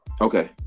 Okay